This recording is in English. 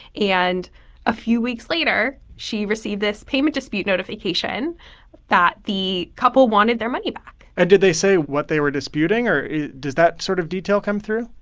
and a few weeks later, she received this payment dispute notification that the couple wanted their money back and did they say what they were disputing? or does that sort of detail come through?